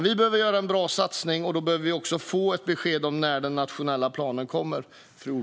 Vi behöver göra en bra satsning, och då behöver vi få ett besked om när den nationella planen kommer.